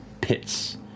pits